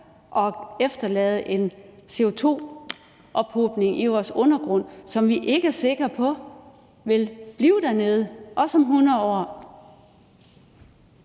at efterlade en CO2-ophobning i vores undergrund, som vi ikke er sikre på vil blive dernede, også om 100 år.